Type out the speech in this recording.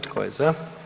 Tko je za?